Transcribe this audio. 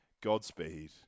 Godspeed